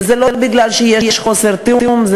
וזה לא בגלל שיש חוסר תיאום, זה